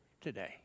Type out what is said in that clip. today